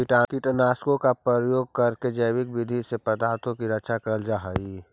कीटनाशकों का प्रयोग करके जैविक विधि से पादपों की रक्षा करल जा हई